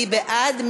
מי בעד?